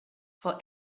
for